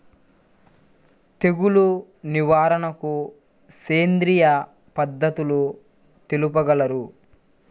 తెగులు నివారణకు సేంద్రియ పద్ధతులు తెలుపగలరు?